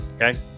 Okay